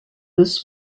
this